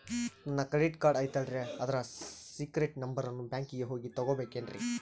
ನನ್ನ credit card ಐತಲ್ರೇ ಅದರ ಸೇಕ್ರೇಟ್ ನಂಬರನ್ನು ಬ್ಯಾಂಕಿಗೆ ಹೋಗಿ ತಗೋಬೇಕಿನ್ರಿ?